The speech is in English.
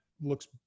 looks